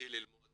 התחיל כבר ללמוד